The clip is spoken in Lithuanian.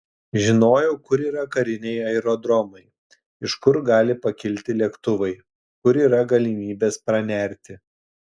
žinojau kur yra kariniai aerodromai iš kur gali pakilti lėktuvai kur yra galimybės pranerti